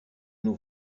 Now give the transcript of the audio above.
nous